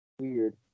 Weird